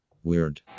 weird